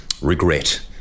regret